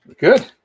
Good